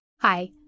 Hi